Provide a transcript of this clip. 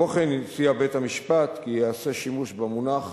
כמו כן, הציע בית-המשפט כי ייעשה שימוש במונח